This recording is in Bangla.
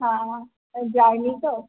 হ্যাঁ যাইনি তো